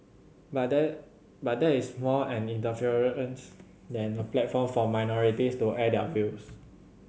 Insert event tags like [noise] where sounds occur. but that but that is more an [unintelligible] than a platform for minorities to air their views